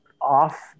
off